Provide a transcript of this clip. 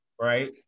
Right